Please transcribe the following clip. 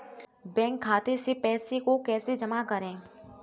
Bank खाते से पैसे को कैसे जमा करें?